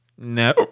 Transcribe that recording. No